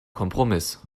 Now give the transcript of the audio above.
kompromiss